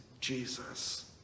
jesus